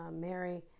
Mary